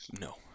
No